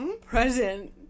present